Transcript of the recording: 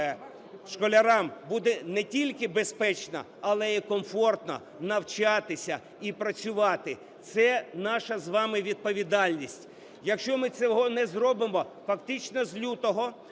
школярам буде не тільки безпечно, але і комфортно навчатися і працювати. Це наша з вами відповідальність. Якщо ми цього не зробимо, фактично з лютого